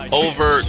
over